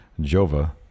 Jova